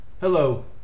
Hello